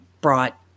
brought